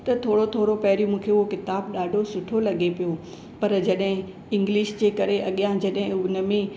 त थोरो थोरो पहिरीं मूंखे उहो क़िताबु ॾाढो सुठो लॻे पियो पर जॾहिं इंग्लिश जे करे अॻियां जॾहिं हुनमें